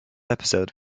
episode